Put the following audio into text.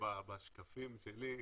בשקפים שלי,